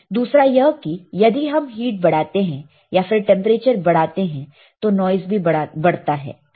दूसरा यह कि यदि हम हिट बढ़ाते हैं या फिर टेंपरेचर बढ़ाते हैं तो नॉइस भी बढ़ता है